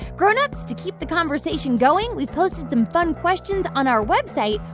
grown-ups, to keep the conversation going, we've posted some fun questions on our website,